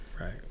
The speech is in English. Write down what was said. Right